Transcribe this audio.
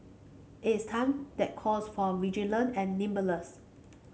it's a time that calls for and nimbleness